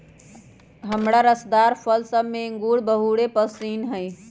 हमरा रसदार फल सभ में इंगूर बहुरे पशिन्न हइ